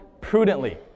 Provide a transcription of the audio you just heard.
prudently